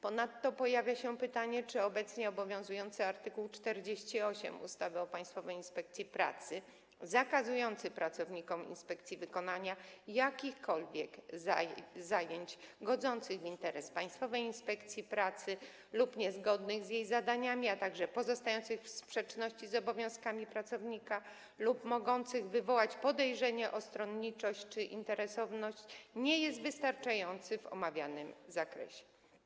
Ponadto pojawia się pytanie, czy obecnie obowiązujący art. 48 ustawy o Państwowej Inspekcji Pracy, zakazujący pracownikom inspekcji wykonywania jakichkolwiek zajęć godzących w interes Państwowej Inspekcji Pracy lub niezgodnych z jej zadaniami, a także pozostających w sprzeczności z obowiązkami pracownika lub mogących wywołać podejrzenie o stronniczość czy interesowność, nie jest wystarczający w omawianym zakresie.